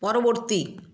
পরবর্তী